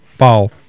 Paul